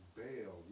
bail